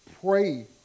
pray